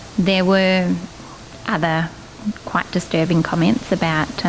there were other quite disturbing comments about